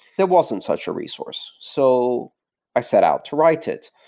there wasn't such a resource. so i set out to write it.